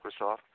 Microsoft